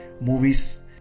movies